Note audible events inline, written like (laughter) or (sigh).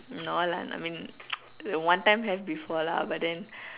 no lah I mean (noise) one time have before lah but then